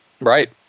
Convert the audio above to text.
Right